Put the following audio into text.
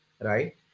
right